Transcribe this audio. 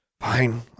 Fine